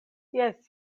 jes